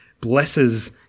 blesses